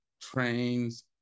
trains